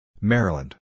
Maryland